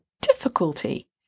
difficulty